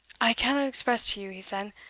i cannot express to you, he said,